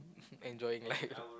enjoying life